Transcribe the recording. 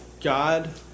God